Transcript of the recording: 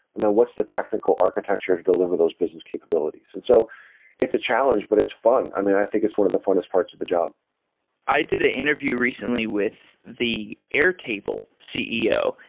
and then what's the technical architecture to deliver those business capabilities? and so it's a challenge, but it's fun. i mean, i think it's one of the funnest parts of the job i did an interview recently with the airtable ceo.